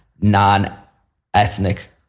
non-ethnic